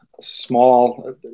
small